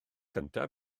cyntaf